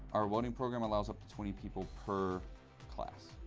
our welding program allows up to twenty people per class.